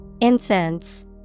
Incense